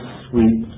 sweet